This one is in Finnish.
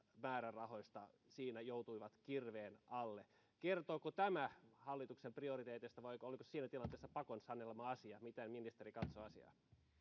määrärahoista joutui kirveen alle kertooko tämä hallituksen prioriteeteista vai oliko se siinä tilanteessa pakon sanelema asia miten ministeri katsoo asiaa